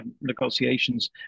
negotiations